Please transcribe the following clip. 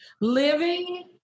Living